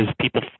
people